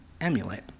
emulate